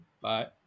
bye